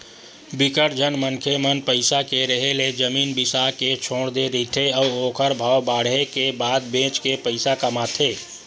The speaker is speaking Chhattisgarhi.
बिकट झन मनखे मन पइसा के रेहे ले जमीन बिसा के छोड़ दे रहिथे अउ ओखर भाव बाड़हे के बाद बेच के पइसा कमाथे